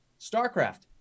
StarCraft